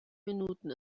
minuten